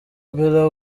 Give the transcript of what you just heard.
bella